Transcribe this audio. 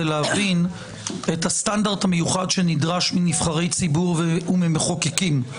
להבין את הסטנדרט המיוחד שנדרש מנבחרי ציבור וממחוקקים.